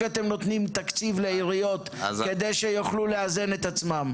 אתם נותנים תקציב לעיריות כדי שהן יוכלו לאזן את עצמן.